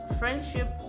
friendship